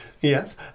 Yes